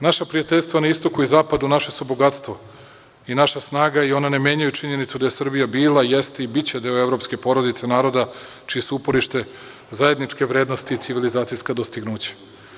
Naša prijateljstva na Istoku i Zapadu su naše bogatstvo i naša snaga i ona ne menjaju činjenicu da je Srbija bila, jeste i biće deo evropske porodice naroda čije su uporište zajedničke vrednosti i civilizacijska dostignuća.